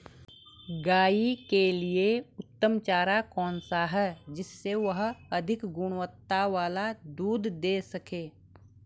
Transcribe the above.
गाय के लिए उत्तम चारा कौन सा है जिससे वह अधिक गुणवत्ता वाला दूध दें सके?